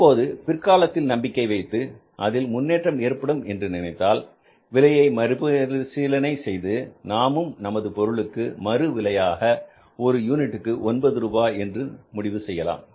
இப்போது பிற்காலத்தில் நம்பிக்கை வைத்து அதில் முன்னேற்றம் ஏற்படும் என்று நினைத்தால் விலையை மறுபரிசீலனை செய்து நாமும் நமது பொருளுக்கு மரு விலையாக ஒரு யூனிட்டுக்கு 9 ரூபாய் என்று முடிவு செய்யலாம்